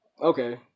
Okay